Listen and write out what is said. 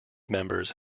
members